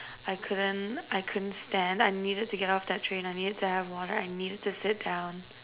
I couldn't I couldn't stand I needed to get off that train I needed to have water I needed to sit down